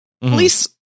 Police